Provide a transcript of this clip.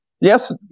Yes